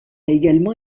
également